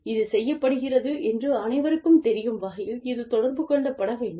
இது செய்யப்படுகிறது என்று அனைவருக்கும் தெரியும் வகையில் இது தொடர்பு கொள்ளப்பட வேண்டும்